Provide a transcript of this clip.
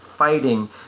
fighting